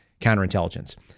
counterintelligence